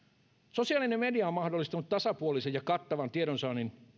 sosiaalinen media on mahdollistanut tasapuolisen ja kattavan tiedonsaannin